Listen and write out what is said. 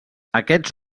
aquests